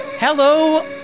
Hello